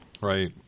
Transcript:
right